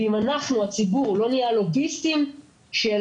ואם אנחנו הציבור לא נהיה הלוגיסטיים של